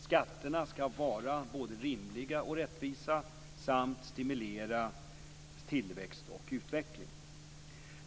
Skatterna skall vara både rimliga och rättvisa samt stimulera tillväxt och utveckling.